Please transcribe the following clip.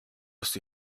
бас